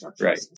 Right